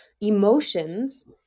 emotions